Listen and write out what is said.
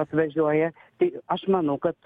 atvažiuoja tai aš manau kad